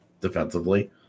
defensively